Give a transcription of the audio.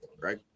right